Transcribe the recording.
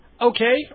okay